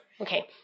okay